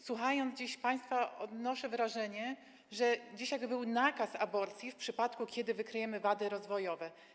Słuchając dziś państwa, odnoszę wrażenie, jakby dzisiaj był nakaz aborcji w przypadku, gdy wykryjemy wady rozwojowe.